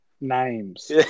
Names